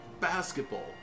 basketball